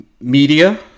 Media